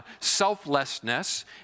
selflessness